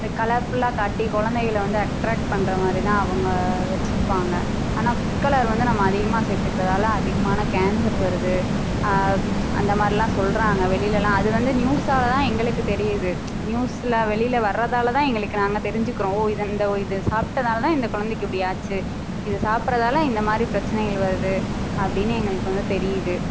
கலர்ஃபுல்லாக காட்டி குலந்தைங்கள வந்து அட்ராக்ட் பண்ணுறமாரிதான் அவங்க வச்சிருப்பாங்கள் ஆனால் ஃபுட் கலர் வந்து நம்ம அதிகமாக சேர்த்துக்கிறதால அதிகமான கேன்சர் வருது அந்தமாதிரிலாம் சொல்கிறாங்க வெளிலலாம் அது வந்து நியூஸ்ஸால் தான் எங்களுக்கு தெரியுது நியூஸ்ல வெளியில வர்றதால் தான் எங்களுக்கு நாங்கள் தெரிஞ்சிக்கிறோம் ஓ இதை இந்த இதை சாப்பிட்டனால தான் இந்த குலந்தைக்கு இப்படி ஆச்சு இத சாப்பிட்றதால இந்தமாதிரி பிரச்சனைகள் வருது அப்படின்னு எங்களுக்கு வந்து தெரியுது